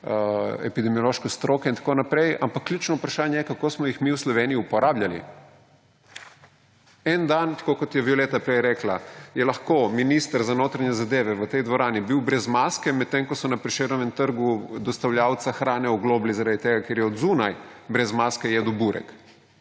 epidemiološke stroke in tako naprej. Ampak ključno vprašanje je, kako smo jih mi v Sloveniji uporabljali. En dan, tako kot je Violeta prej rekla, je lahko bil minister za notranje zadeve v tej dvorani brez maske, medtem ko so na Prešernovem trgu dostavljalca hrane oglobili, ker je zunaj brez maske jedel burek.